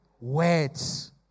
Words